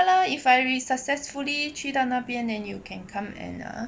lah if I very successfully 去到那边 then you can come and uh